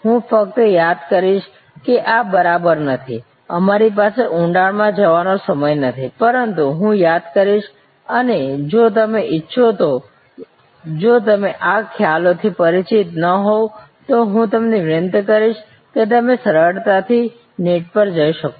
હું ફક્ત યાદ કરીશ કે આ બરાબર નથી અમારી પાસે ઊંડાણમાં જવાનો સમય નથી પરંતુ હું યાદ કરીશ અને જો તમે ઇચ્છો તો જો તમે આ ખ્યાલોથી પરિચિત ન હોવ તો હું તમને વિનંતી કરીશ કે તમે સરળતાથી નેટ પર જઈ શકો